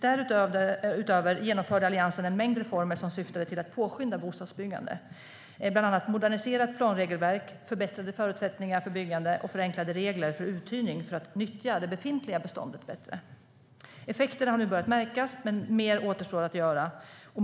Därutöver genomförde Alliansen en mängd reformer som syftade till att påskynda bostadsbyggande, bland annat moderniserat planregelverk, förbättrade förutsättningar för byggande och förenklade regler för uthyrning för att nyttja det befintliga beståndet bättre. Effekterna har nu börjat märkas, men mer återstår att göra.